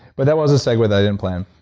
but that was a segway that i didn't plan.